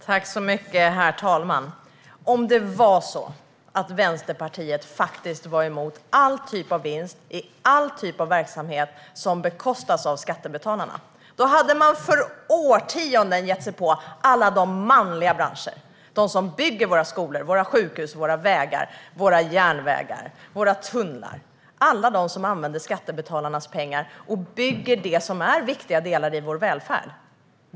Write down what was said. Herr talman! Om det var så att Vänsterpartiet var emot all typ av vinst i all typ av verksamhet som bekostas av skattebetalarna hade man för årtionden sedan gett sig på alla de manliga branscherna. Det handlar om alla dem som bygger våra skolor, sjukhus, vägar, järnvägar och tunnlar. Det är alla de som använder skattebetalarnas pengar och bygger det som är viktiga delar i vår välfärd.